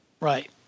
Right